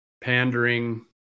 pandering